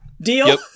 Deal